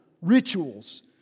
rituals